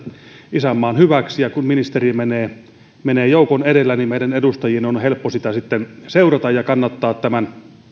isänmaan hyväksi ja kun ministeri menee menee joukon edellä niin meidän edustajien on on helppo sitä sitten seurata ja kannattaa tämän